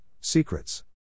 Secrets